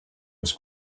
was